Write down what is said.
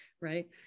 right